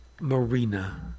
Marina